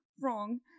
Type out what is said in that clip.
wrong